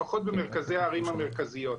לפחות במרכזי הערים המרכזיות.